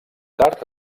tard